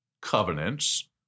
covenants